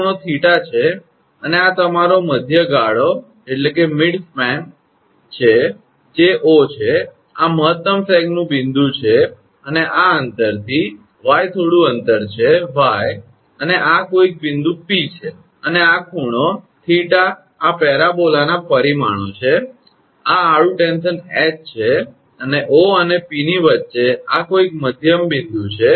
આ ખૂણો 𝜃 છે અને આ તમારો મધ્ય ગાળોમિડ સ્પાન છે જે 𝑂 છે આ મહત્તમ સેગનું બિંદુ છે અને આ અંતરથી 𝑦 થોડું અંતર છે 𝑦 અને આ કોઇક બિંદુ 𝑃 છે અને આ ખૂણો 𝑡ℎ𝑒𝑡𝑎 આ પેરાબોલાના પરિમાણો છે અને આ આડું ટેન્શન 𝐻 છે અને 𝑂 અને 𝑃 ની વચ્ચે આ કોઇક મધ્ય બિંદુ છે